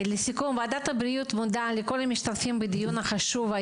ועדתה בריאות מודה לכל המשתתפים בדיון חשוב זה